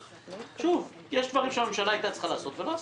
יש דברים שהממשלה הייתה צריכה לעשות ולא עשתה.